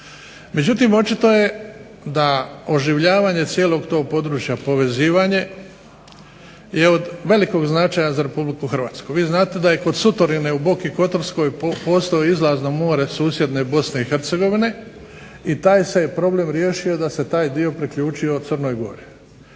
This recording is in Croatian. Međutim, očito je da oživljavanje tog cijelog tog područja povezivanje je od velikog značenja za RH. Vi znate da je kod Sutorine u Boki Kotorskoj postoji izlaz na more susjedne BiH i taj se je problem riješio da se taj dio priključio Crnoj Gori.